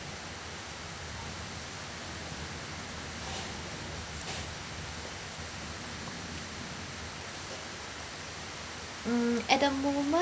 mm at the moment